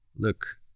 look